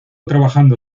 trabajando